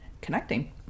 connecting